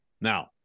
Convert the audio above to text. Now